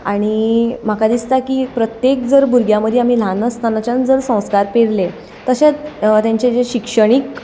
आनी म्हाका दिसता की प्रत्येक जर भुरग्या भितर आमी ल्हान आसतनाच्यान जर संस्कार तशेंच तेंचें जें शिक्षणीक